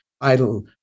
idle